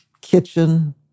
kitchen